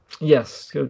Yes